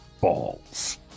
balls